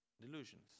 delusions